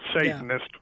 Satanist